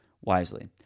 wisely